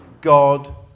God